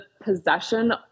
possession